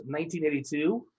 1982